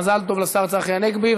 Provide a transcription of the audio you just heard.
מזל טוב לשר צחי הנגבי.